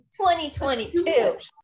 2022